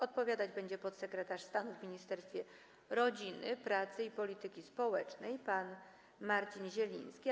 Odpowiadać będzie podsekretarz stanu w Ministerstwie Rodziny, Pracy i Polityki Społecznej pan Marcin Zieleniecki.